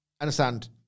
understand